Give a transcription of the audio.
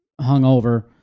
hungover